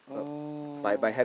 oh